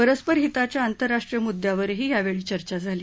परस्पर हिताच्या आंतरराष्ट्रीय मुद्यांवरही यावेळी चर्चा झाली